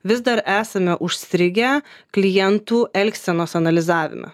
vis dar esame užstrigę klientų elgsenos analizavime